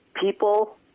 People